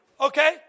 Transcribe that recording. Okay